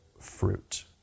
fruit